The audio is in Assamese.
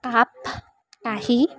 কাপ কাঁহী